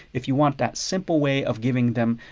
if you want that simple way of giving them